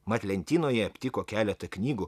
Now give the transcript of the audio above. mat lentynoje aptiko keletą knygų